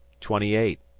twenty eight,